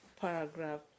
Paragraph